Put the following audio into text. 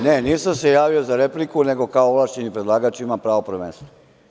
Ne, nisam se javio za repliku, nego kao ovlašćeni predlagač imam pravo prvenstva.